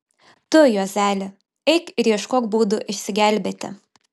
tu juozeli eik ir ieškok būdų išsigelbėti